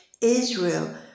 Israel